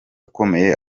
akomeye